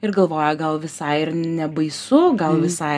ir galvoja gal visai ir nebaisu gal visai